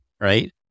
right